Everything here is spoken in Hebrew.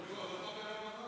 חבר הכנסת איימן עודה,